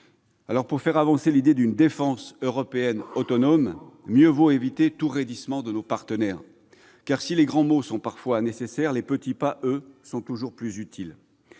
... Pour faire avancer l'idée d'une défense européenne autonome, mieux vaut éviter tout raidissement de nos partenaires. Si les grands mots sont parfois nécessaires, les petits pas sont toujours plus utiles.